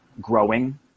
growing